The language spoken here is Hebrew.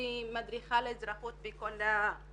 מצליחים להגדיל בצורה משמעותית את התקינה של אותן רשויות כדי שיהיה יותר